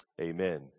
amen